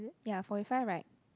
ya forty five [right]